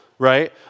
Right